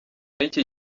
y’iki